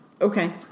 Okay